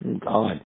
God